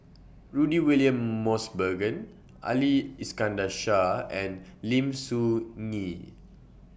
Rudy William Mosbergen Ali Iskandar Shah and Lim Soo Ngee